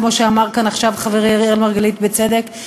כמו שאמר כאן עכשיו חברי אראל מרגלית בצדק.